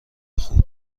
خوب